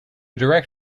direct